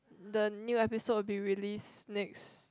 the new episode will be release next